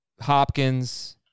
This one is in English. Hopkins